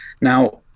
Now